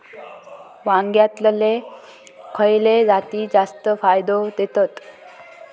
वांग्यातले खयले जाती जास्त फायदो देतत?